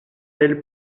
elle